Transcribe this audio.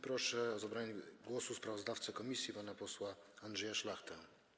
Proszę o zabranie głosu sprawozdawcę komisji pana posła Andrzeja Szlachtę.